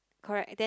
correct then